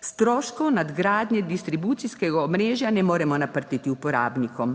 Stroškov nadgradnje distribucijskega omrežja ne moremo naprtiti uporabnikom.